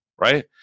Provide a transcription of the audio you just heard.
right